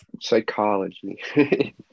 psychology